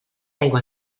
aigua